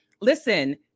Listen